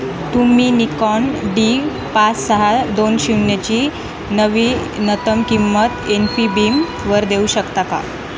तुम्ही Nikon D पाच सहा दोन शून्यची नवीनतम किंमत एनफीबीमवर देऊ शकता का